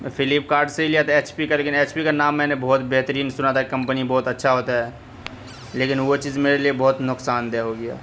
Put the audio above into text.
Flipkart سے ہی لیا تھا ایچ پی کا لیکن ایچ پی کا نام بہت بہترین سنا تھا کمپنی بہت اچھا ہوتا ہے لیکن وہ چیز میرے لیے بہت نقصان دہ ہو گیا